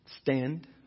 stand